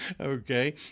okay